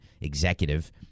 executive